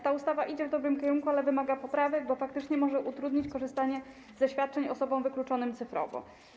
Ta ustawa zmierza w dobrym kierunku, ale wymaga wprowadzenia poprawek, bo faktycznie może utrudnić korzystanie ze świadczeń osobom wykluczonym cyfrowo.